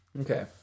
okay